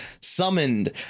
summoned